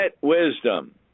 wisdom